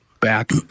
back